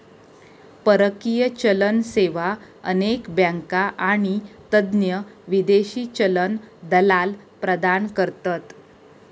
परकीय चलन सेवा अनेक बँका आणि तज्ञ विदेशी चलन दलाल प्रदान करतत